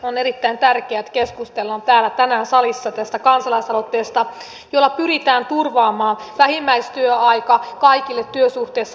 on erittäin tärkeää että keskustellaan tänään täällä salissa kansalaisaloitteesta jolla pyritään turvaamaan vähimmäistyöaika kaikille työsuhteessa oleville